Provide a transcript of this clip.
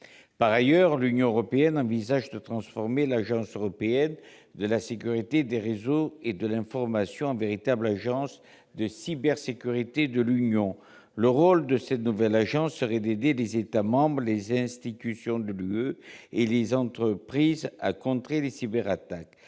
Par ailleurs, l'Union européenne envisage de transformer l'Agence européenne chargée de la sécurité des réseaux et de l'information en véritable agence de cybersécurité de l'Union. Le rôle de cette nouvelle agence serait d'aider les États membres, les institutions de l'Union européenne et les entreprises à contrer les cyberattaques.